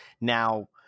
Now